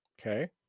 okay